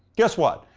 guess what?